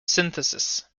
synthesis